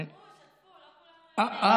שתפו, שתפו.